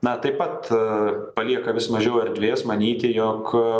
na taip pat palieka vis mažiau erdvės manyti jog